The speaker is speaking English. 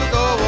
go